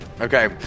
Okay